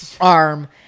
arm